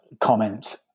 comment